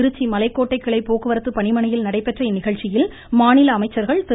திருச்சி மலைக்கோட்டை கிளை போக்குவரத்து பணிமனையில் நடைபெற்ற இந்நிகழ்ச்சியில் மாநில அமைச்சர்கள் திரு